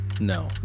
no